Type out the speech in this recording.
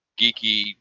geeky